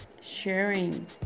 sharing